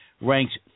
ranks